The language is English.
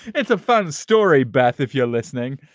it's a fun story. beth, if you're listening.